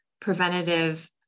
preventative